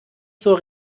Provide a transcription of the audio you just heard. zur